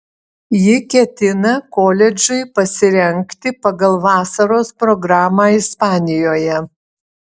ji ketina koledžui pasirengti pagal vasaros programą ispanijoje